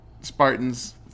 Spartan's